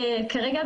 כרגע,